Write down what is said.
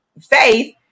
faith